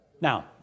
Now